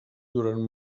durant